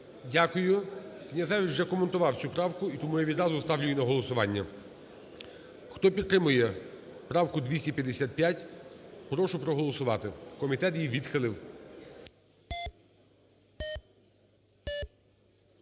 Дякую. Князевич вже коментував цю правку, і тому я відразу ставлю її на голосування. Хто підтримує правку 255, прошу проголосувати. Комітет її відхилив.